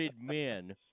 men